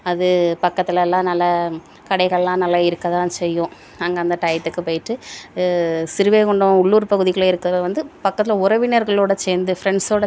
அது பக்கத்துலலாம் நல்ல கடைகள்லாம் நல்லா இருக்க தான் செய்யும் அங்கே அந்த டையத்துக்கு போயிட்டு ஸ்ரீவைகுண்டம் உள்ளூர் பகுதிகளில் இருக்கிறது வந்து பக்கத்தில் உறவினர்களோட சேர்ந்து ஃப்ரண்ட்ஸோடு